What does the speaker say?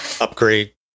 upgrade